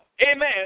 amen